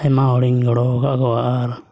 ᱟᱭᱢᱟ ᱦᱚᱲᱮᱧ ᱜᱚᱲᱚ ᱠᱟᱜ ᱠᱚᱣᱟ ᱟᱨ